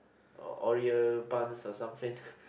Oreo buns or something